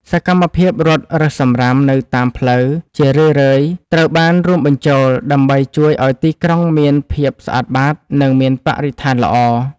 សកម្មភាពរត់រើសសំរាមនៅតាមផ្លូវ ជារឿយៗត្រូវបានរួមបញ្ចូល ដើម្បីជួយឱ្យទីក្រុងមានភាពស្អាតបាត និងមានបរិស្ថានល្អ។